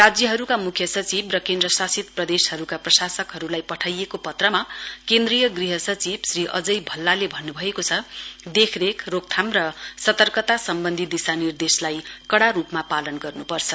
राज्यहरुका मुख्य सचिव र केन्द्रशासित प्रदेशहरुका प्रशासकहरुला पठाइएको पत्रमा केन्द्रीय गृह सचिव श्री अजय भल्लाले भन्नुभएको छ देखरेखरोकथाम र सतर्कता सम्बन्धी दिशानिर्देशलाई कड़ा रुपमा पालन गर्नेपर्छ